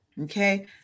Okay